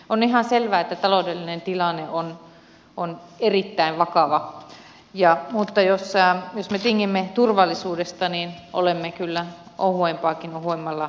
on ihan selvää että taloudellinen tilanne on erittäin vakava mutta jos me tingimme turvallisuudesta niin olemme kyllä ohuempaakin ohuemmalla jäällä